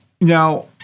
Now